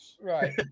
Right